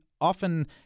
often